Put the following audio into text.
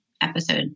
episode